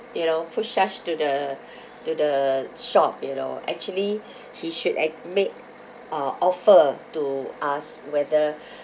you know push us to the to the shop you know actually he should act~ make uh offer to us whether